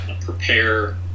prepare